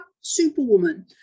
superwoman